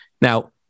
Now